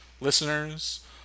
listeners